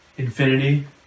Infinity